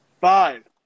Five